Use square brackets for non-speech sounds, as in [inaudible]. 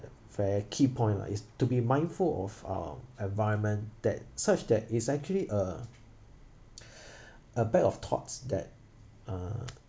fair key point lah is to be mindful of um environment that such that it's actually a [breath] a bag of thoughts that uh